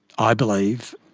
i believe,